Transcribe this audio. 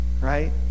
right